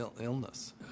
illness